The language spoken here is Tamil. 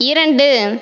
இரண்டு